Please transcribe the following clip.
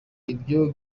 ibyo